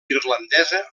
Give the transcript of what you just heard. irlandesa